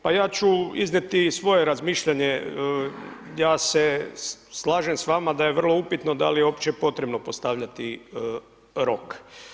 Pa ja ću iznijeti svoje razmišljanje, ja se slažem s vama, da li je vrlo upitno, da li je uopće potrebno postavljati rok.